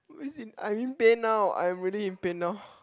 as in I'm in pain now I'm really in pain now